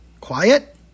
Quiet